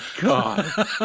god